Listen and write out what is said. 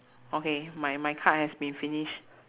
okay my my card has been finish